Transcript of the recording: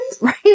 Right